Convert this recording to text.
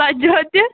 ژتجی ہَن تہِ